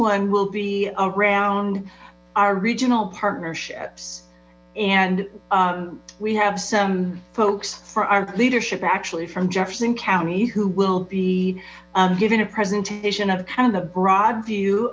one will be around our regional partnerships and we have some folks from our leadership actually from jefferson county who will be given a presentation of kind of the broad view